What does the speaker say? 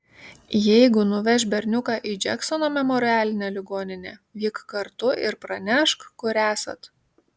jeigu nuveš berniuką į džeksono memorialinę ligoninę vyk kartu ir pranešk kur esat